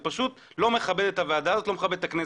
זה פשוט לא מכבד את הוועדה הזאת ולא מכבד את הכנסת.